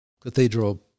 cathedral